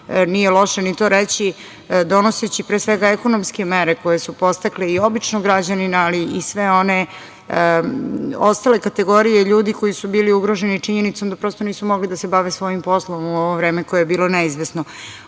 nije loše ni to reći, donoseći pre svega ekonomske mere koje su podstakle i običnog građanina, ali i sve one ostale kategorije ljudi koji su bili ugroženi činjenicom da prosto nisu mogli da se bave svojim poslom u ovo vreme koje je bilo neizvesno. Ono